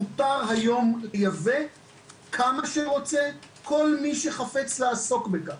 מותר היום לייבא כמה שרוצים כל מי שחפץ לעסוק בכך.